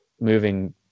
moving